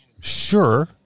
sure